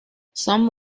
some